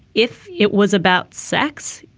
if it was about sex,